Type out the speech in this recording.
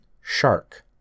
Shark